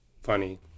funny